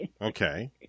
okay